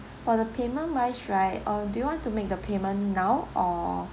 for the payment wise right uh do you want to make the payment now or